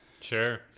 sure